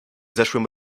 zeszłym